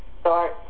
start